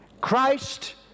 Christ